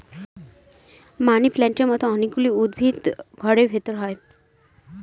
মানি প্লান্টের মতো অনেক গুলো উদ্ভিদ ঘরের ভেতরে হয়